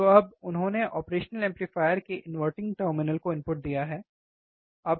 तो अब उन्होंने ऑपरेशनल एम्पलीफायर के इनवर्टिंग टर्मिनल को इनपुट दिया है सही